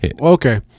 Okay